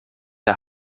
der